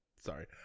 sorry